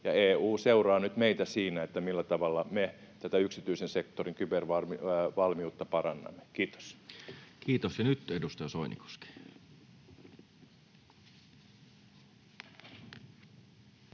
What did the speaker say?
EU seuraa nyt meitä siinä, millä tavalla me tätä yksityisen sektorin kybervalmiutta parannamme. — Kiitos. [Speech 432] Speaker: Toinen